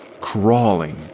crawling